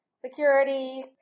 security